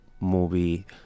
movie